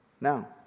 Now